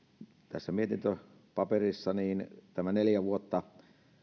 tässä mietintöpaperissa tämä neljä vuotta